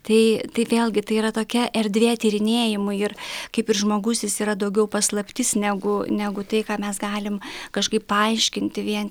tai tai vėlgi tai yra tokia erdvė tyrinėjimui ir kaip ir žmogus jis yra daugiau paslaptis negu negu tai ką mes galim kažkaip paaiškinti vien